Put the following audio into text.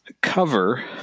cover